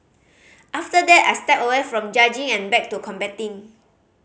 after that I stepped away from judging and back to competing